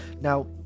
Now